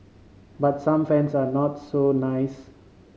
but some fans are not so nice